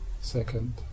second